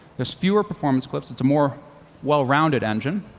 has fewer performance cliffs, it's a more well-rounded engine,